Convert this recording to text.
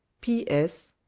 p. s.